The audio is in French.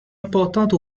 importante